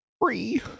Free